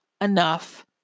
enough